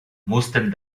mussten